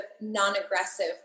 non-aggressive